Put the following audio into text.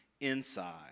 inside